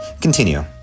Continue